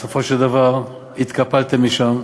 בסופו של דבר התקפלתם משם.